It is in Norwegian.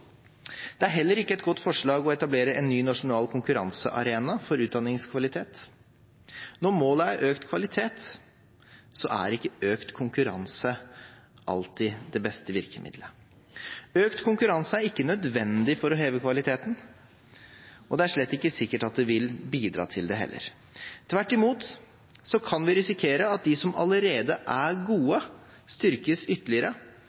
Det er heller ikke et godt forslag å etablere en ny nasjonal konkurransearena for utdanningskvalitet. Når målet er økt kvalitet, er ikke økt konkurranse alltid det beste virkemiddelet. Økt konkurranse er ikke nødvendig for å heve kvaliteten, og det er slett ikke sikkert at det vil bidra til det heller. Tvert imot kan vi risikere at de som allerede er gode, styrkes ytterligere,